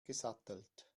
gesattelt